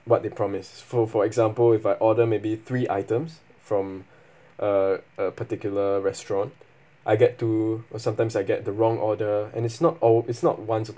what they promise s~ for for example if I order may be three items from uh a particular restaurant I get two or sometimes I get the wrong order and it's not all it's not once